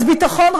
אז ביטחון,